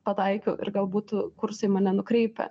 pataikiau ir gal būtų kursai mane nukreipę